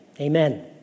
Amen